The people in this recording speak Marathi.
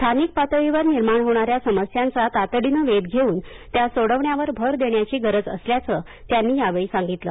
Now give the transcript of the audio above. स्थानिक पातळीवर निर्माण होणाऱ्या समस्यांचा तातडीनं वेध घेऊन त्या सोडवण्यावर भर देण्याची गरज असल्याचं त्यांनी या वेळी सांगितलं